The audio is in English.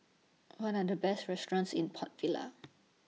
What Are The Best restaurants in Port Vila